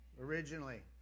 originally